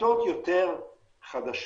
שיטות יותר חדישות